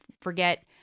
forget